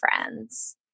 friends